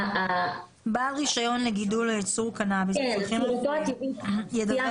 בעל רישיון לגידול או ייצור קנאביס לצרכים רפואיים ידווח